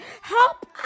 Help